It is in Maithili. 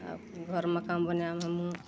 आब घर मकान बनायब हमहुँ